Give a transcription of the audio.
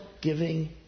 giving